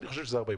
אני חושב שזה 40%,